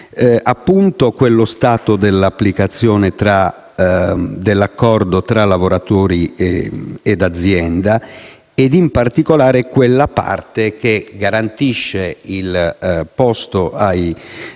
sorvegliare lo stato dell'applicazione dell'accordo tra lavoratori e azienda e, in particolare, di quella parte che garantisce il posto ai lavoratori